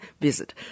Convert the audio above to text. visit